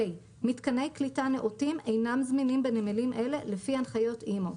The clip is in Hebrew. מיתקני קליטה נאותים אינם זמינים בנמלים אלה לפי הנחיות אימ"ו,